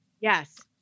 Yes